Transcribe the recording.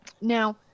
Now